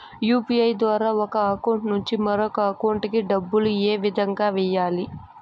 UPI ద్వారా ఒక account నుంచి మరొక అకౌంట్ కి డబ్బులు ఏ విధంగా వెయ్యాలి